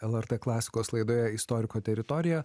lrt klasikos laidoje istoriko teritorija